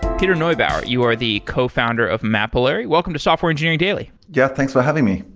peter neubauer, you are the cofounder of mapillar. welcome to software engineering daily jeff, thanks for having me.